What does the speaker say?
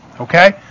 Okay